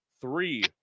three